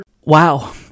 Wow